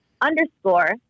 underscore